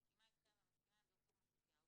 אני מסכימה איתכם ואני מסכימה עם ד"ר מתתיהו,